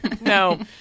No